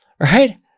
right